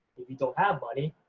if you don't have money,